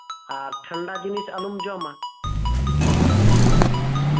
ᱟᱨ ᱴᱷᱟᱱᱰᱟ ᱡᱤᱱᱤᱥ ᱟᱞᱚᱢ ᱡᱚᱢᱟ